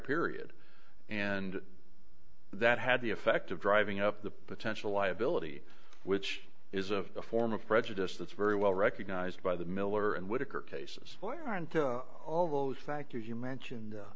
period and that had the effect of driving up the potential liability which is a form of prejudice that's very well recognized by the miller and whittaker cases aren't all of those factors you mentioned